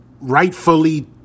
rightfully